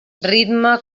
ritme